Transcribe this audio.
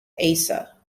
asa